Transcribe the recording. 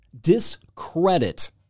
discredit